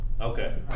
Okay